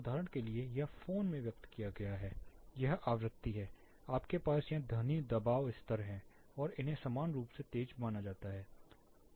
उदाहरण के लिए यह फोन में व्यक्त किया गया है यह आवृत्ति है आपके पास यहां ध्वनि दबाव स्तर है और इन्हें समान रूप से तेज माना जाता है